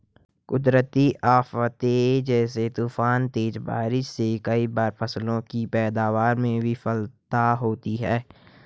कुदरती आफ़ते जैसे तूफान, तेज बारिश से कई बार फसलों की पैदावार में विफलता होती है